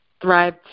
thrive